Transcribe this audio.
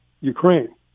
Ukraine